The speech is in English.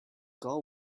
girl